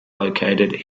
located